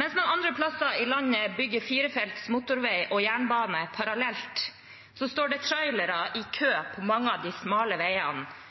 Mens man andre plasser i landet bygger firefelts motorvei og jernbane parallelt, står det trailere i kø på mange av de smale